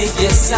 yes